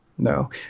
No